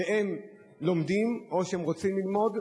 הם לומדים או שהם רוצים ללמוד,